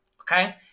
okay